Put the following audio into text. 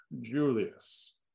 Julius